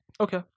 Okay